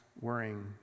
worrying